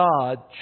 God